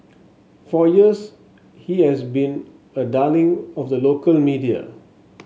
for years he has been a darling of the local media